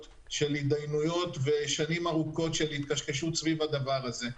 של התדיינויות ושנים ארוכות של התקשקשות סביב הדבר הזה.